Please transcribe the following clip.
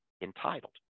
entitled